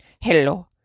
Hello